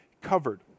covered